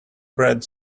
bread